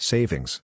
Savings